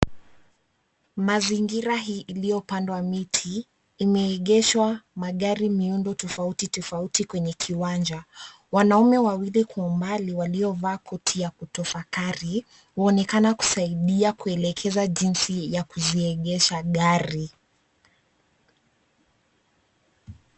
Mazingira hii iliyopandwa miti imeegeshwa magari miundo tofauti tofauti kwenye kiwanja. Wanaume wawili kwa umbali waliovaa koti ya kutofakari waonekana kusaidia kuelekeza jinsi ya kuziegesha gari.